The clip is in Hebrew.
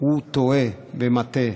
הוא טועה ומטעה,